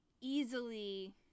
easily